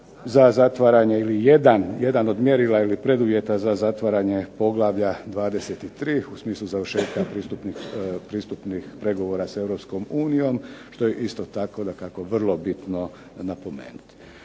za zatvaranje ili jedan, jedan od mjerila ili preduvjeta za zatvaranje poglavlja 23. u smislu završetka pristupnih pregovora sa Europskom unijom što je isto tako dakako vrlo bitno napomenuti.